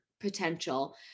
potential